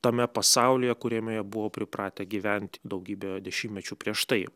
tame pasaulyje kuriame jie buvo pripratę gyventi daugybę dešimtmečių prieš tai